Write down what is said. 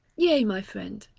yea, my friend,